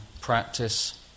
practice